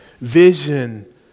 Vision